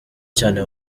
cyane